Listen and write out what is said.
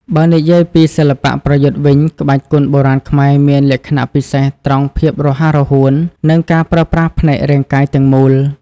បើនិយាយពីសិល្បៈប្រយុទ្ធវិញ ក្បាច់គុនបុរាណខ្មែរមានលក្ខណៈពិសេសត្រង់ភាពរហ័សរហួន និងការប្រើប្រាស់ផ្នែករាងកាយទាំងមូល។